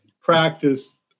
practice